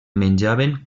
menjaven